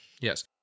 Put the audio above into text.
Yes